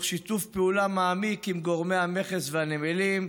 בשיתוף פעולה מעמיק עם גורמי המכס והנמלים.